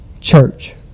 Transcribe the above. church